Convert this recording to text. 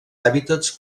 hàbitats